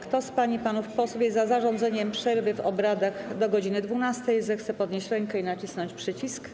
Kto z pań i panów posłów jest za zarządzeniem przerwy w obradach do godz. 12, zechce podnieść rękę i nacisnąć przycisk.